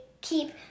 Keep